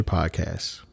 Podcasts